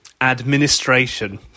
administration